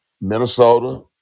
Minnesota